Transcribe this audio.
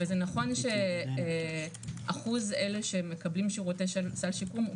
וזה נכון שאחוז אלה שמקבלים שירותי סל שיקום הוא